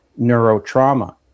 neurotrauma